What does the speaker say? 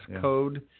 code